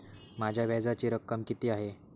माझ्या व्याजाची रक्कम किती आहे?